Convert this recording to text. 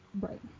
Right